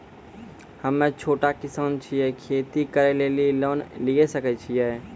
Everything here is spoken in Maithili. हम्मे छोटा किसान छियै, खेती करे लेली लोन लिये सकय छियै?